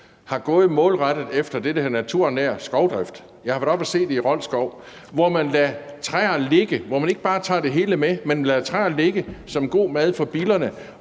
har gået målrettet efter det, der hedder naturnær skovdrift? Jeg har været oppe at se det i Rold Skov. Der lader man træer ligge. Man tager ikke bare det hele med, men lader træ ligge til gavn for billerne,